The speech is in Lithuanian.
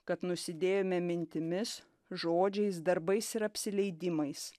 kad nusidėjome mintimis žodžiais darbais ir apsileidimais